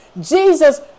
Jesus